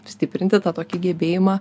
stiprinti tą tokį gebėjimą